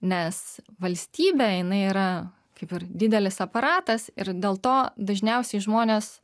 nes valstybė jinai yra kaip ir didelis aparatas ir dėl to dažniausiai žmonės